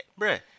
Bruh